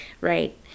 Right